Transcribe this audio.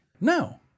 No